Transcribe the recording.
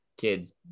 Kids